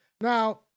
Now